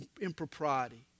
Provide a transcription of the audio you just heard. impropriety